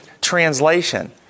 translation